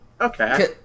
Okay